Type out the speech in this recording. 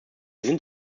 sind